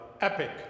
epic